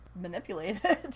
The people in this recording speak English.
manipulated